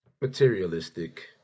materialistic